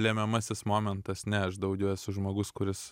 lemiamasis momentas ne aš daugiau esu žmogus kuris